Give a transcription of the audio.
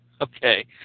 Okay